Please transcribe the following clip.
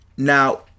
Now